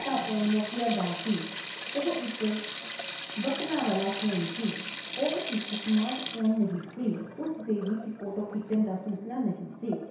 ਰਾ phone Nokia ਤਾਂ ਸੀ ਉਹ ਇੱਕ ਬਟਨਾ ਵਾਲਾ ਫੋਨ ਸੀ ਉਹ ਇੱਕ ਸਮਾਟਫੋਨ ਨਹੀਂ ਸੀ ਉਸ ਦੇ ਵਿੱਚ ਫੋਟੋ ਖਿੱਚਣ ਦਾ ਸਿਲਸਿਲਾ ਨਹੀਂ ਸੀ